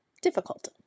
Difficult